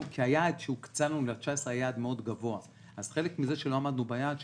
היעד שהקצינו ל-2019 היה יעד מאוד גבוה אז חלק מזה שלא עמדנו ביעד זה